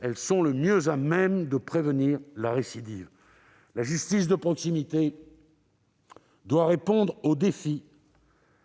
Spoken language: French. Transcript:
elles sont les mieux à même de prévenir la récidive. La justice de proximité doit répondre au défi